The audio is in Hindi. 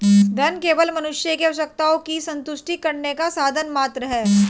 धन केवल मनुष्य की आवश्यकताओं की संतुष्टि करने का साधन मात्र है